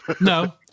no